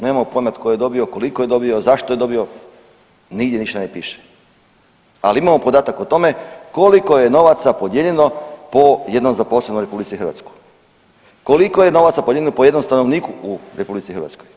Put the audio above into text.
Nemamo pojma tko je dobio, koliko je dobio, zašto je dobio nigdje ništa ne piše, ali imamo podatak o tome koliko je novaca podijeljeno po jednom zaposlenoj u RH, koliko je novaca podijeljeno po jednom stanovniku u RH.